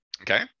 okay